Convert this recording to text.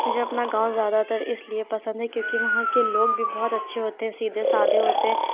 مجھے اپنا گاؤں زیادہ تر اس لیے پسند ہے کیونکہ وہاں کے لوگ بھی بہت اچھے ہوتے ہیں سیدھےسادے ہوتے ہیں